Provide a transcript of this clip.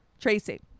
Tracy